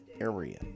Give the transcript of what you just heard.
area